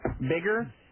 Bigger